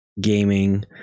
gaming